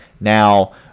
now